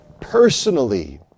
personally